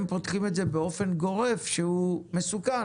פותחים את זה באופן גורף שהוא מסוכן'